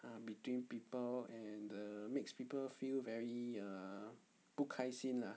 ah between people and err makes people feel very err 不开心 lah